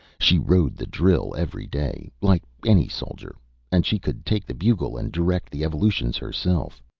she rode the drill every day, like any soldier and she could take the bugle and direct the evolutions herself.